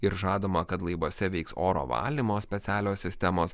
ir žadama kad laivuose veiks oro valymo specialios sistemos